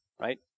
right